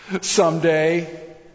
someday